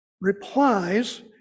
replies